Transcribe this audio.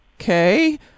Okay